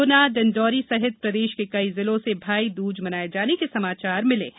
गुना डिण्डौरी सहित प्रदेश के कई जिलों से भाई दूज मनाये जाने के समाचार मिले हैं